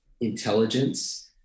intelligence